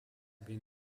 been